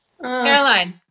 Caroline